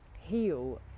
heal